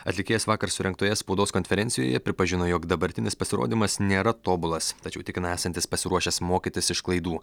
atlikėjas vakar surengtoje spaudos konferencijoje pripažino jog dabartinis pasirodymas nėra tobulas tačiau tikina esantis pasiruošęs mokytis iš klaidų